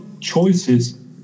choices